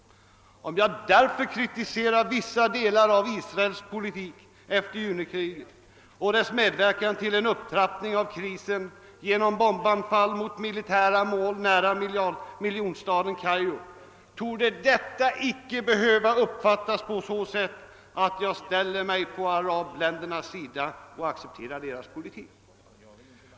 Om jag därför kritiserar vissa delar av Israels politik efter junikriget och dess medverkan till upptrappning av krisen genom bombanfall mot militära mål nära miljonstaden Kairo, torde detta inte behöva uppfattas på så sätt att jag ställer mig på arabländernas sida och accepterar deras politik.